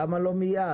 למה לא מייד?